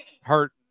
hurt